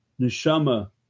neshama